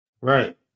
right